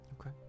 Okay